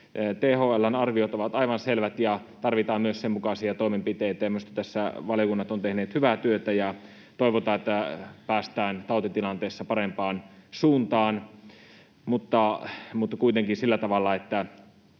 THL:n arviot ovat aivan selvät ja tarvitaan myös sen mukaisia toimenpiteitä, ja minusta tässä valiokunnat ovat tehneet hyvää työtä. Toivotaan, että päästään tautitilanteessa parempaan suuntaan, mutta kuitenkin sillä tavalla, että